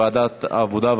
לוועדת העבודה,